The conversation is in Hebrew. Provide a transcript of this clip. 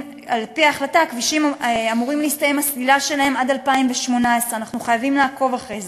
הסלילה שלהם אמורה להסתיים עד 2018. אנחנו חייבים לעקוב אחרי זה.